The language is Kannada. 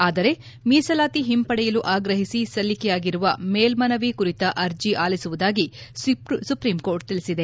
ಆದರೆ ಮೀಸಲಾತಿ ಹಿಂಪಡೆಯಲು ಆಗ್ರಹಿಸಿ ಸಲ್ಲಿಕೆಯಾಗಿರುವ ಮೇಲ್ತನವಿ ಕುರಿತ ಅರ್ಜಿ ಆಲಿಸುವುದಾಗಿ ಸುಪ್ರೀಂಕೋರ್ಟ್ ತಿಳಿಸಿದೆ